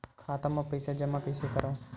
खाता म पईसा जमा कइसे करव?